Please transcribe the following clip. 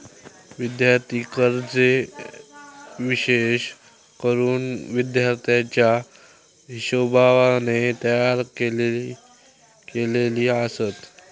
विद्यार्थी कर्जे विशेष करून विद्यार्थ्याच्या हिशोबाने तयार केलेली आसत